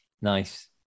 Nice